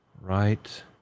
Right